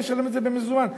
לשלם את זה במזומן.